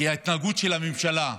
כי ההתנהגות של הממשלה,